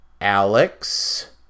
Alex